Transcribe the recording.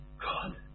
God